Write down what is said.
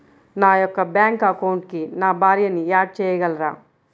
నా యొక్క బ్యాంక్ అకౌంట్కి నా భార్యని యాడ్ చేయగలరా?